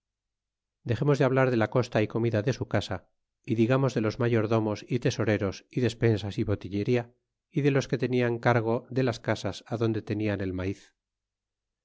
dexemos de hablar de la costa y comida de su casa y digamos de los mayordomos y te soreros é despensas y botillería y de los que tenian cargo de las casas donde tenian el maiz